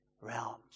realms